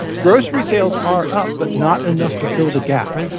grocery sales are up but not enough to fill the gap.